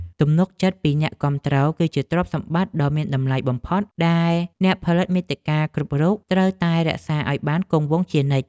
ទំនុកចិត្តពីអ្នកគាំទ្រ គឺជាទ្រព្យសម្បត្តិដ៏មានតម្លៃបំផុតដែលអ្នកផលិតមាតិកាគ្រប់រូបត្រូវតែរក្សាឱ្យបានគង់វង្សជានិច្ច។